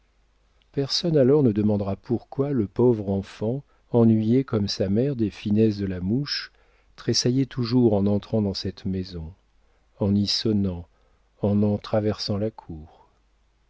personne alors ne demandera pourquoi le pauvre enfant ennuyé comme sa mère des finesses de la mouche tressaillait toujours en entrant dans cette maison en y sonnant en en traversant la cour